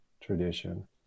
tradition